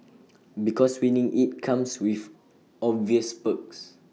because winning IT comes with obvious perks